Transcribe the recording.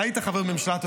אתה היית חבר ממשלה,